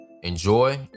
Enjoy